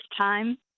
time